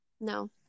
No